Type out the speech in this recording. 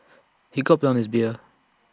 he gulped down his beer